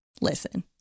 listen